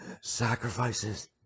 sacrifices